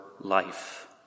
life